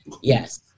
yes